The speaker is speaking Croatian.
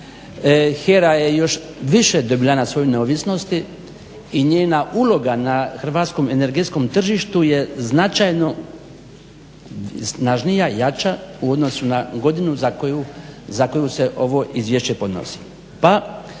HERA je još više dobila na svojoj neovisnosti i njena uloga na hrvatskom energetskom tržištu je značajno snažnija, jača u odnosu na godinu za koju se ovo izvješće podnosi.